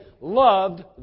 loved